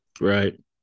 Right